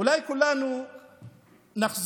אולי כולנו נחזור